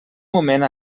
moment